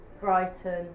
Brighton